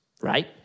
Right